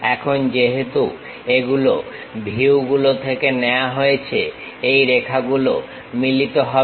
এখন যেহেতু এগুলো ভিউ গুলো থেকে নেওয়া হয়েছে এই রেখাগুলো মিলিত হবে